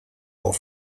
not